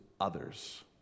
others